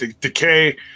Decay